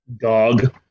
Dog